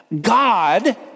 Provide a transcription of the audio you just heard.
God